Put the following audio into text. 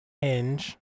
hinge